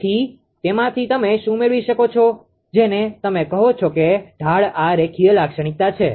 તેથી તેમાંથી તમે શું મેળવી શકો છો જેને તમે કહો છો કે ઢાળ આ રેખીય લાક્ષણિકતા છે